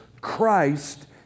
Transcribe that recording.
Christ